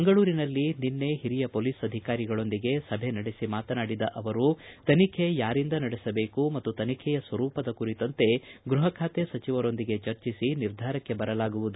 ಮಂಗಳೂರಿನಲ್ಲಿ ನಿನ್ನೆ ಹಿರಿಯ ಪೊಲೀಸ್ ಅಧಿಕಾರಿಗಳೊಂದಿಗೆ ಸಭೆ ನಡೆಸಿ ಮಾತನಾಡಿದ ಅವರು ತನಿಖೆ ಯಾರಿಂದ ನಡೆಸಬೇಕು ಮತ್ತು ತನಿಖೆಯ ಸ್ವರೂಪದ ಕುರಿತಂತೆ ಗ್ಲಹ ಖಾತೆ ಸಚಿವರೊಂದಿಗೆ ಚರ್ಚಿಸಿ ನಿರ್ಧಾರಕ್ಕೆ ಬರಲಾಗುವುದು